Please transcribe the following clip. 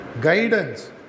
Guidance